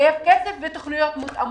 מחייב כסף ותוכניות מותאמות,